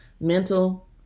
mental